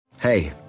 Hey